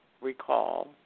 recall